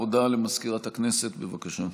הודעה למזכירת הכנסת, בבקשה.